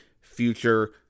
future